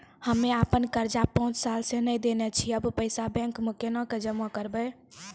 हम्मे आपन कर्जा पांच साल से न देने छी अब पैसा बैंक मे कोना के जमा करबै?